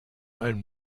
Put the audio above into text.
einem